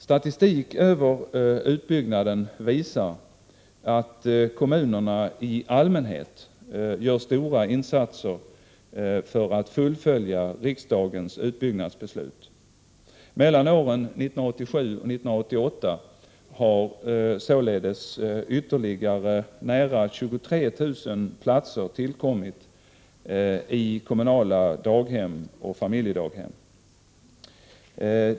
Statistik över utbyggnaden visar att kommunerna i allmänhet gör stora insatser för att fullfölja riksdagens utbyggnadsbeslut. Mellan åren 1987 och 1988 har således ytterligare nära 23 000 platser tillkommit i kommunala daghem och familjedaghem.